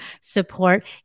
support